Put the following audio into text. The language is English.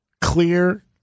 clear